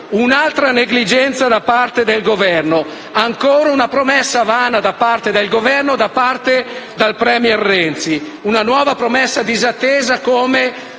un'altra negligenza da parte del Governo; ancora una promessa vana da parte del Governo e del suo *premier* Renzi. Una nuova promessa disattesa come